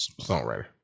Songwriter